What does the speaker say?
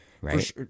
Right